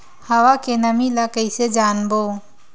हवा के नमी ल कइसे जानबो?